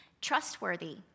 trustworthy